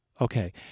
Okay